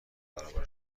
برابر